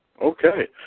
Okay